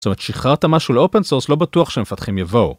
זאת אומרת שיחררת משהו ל open source לא בטוח שהמפתחים יבואו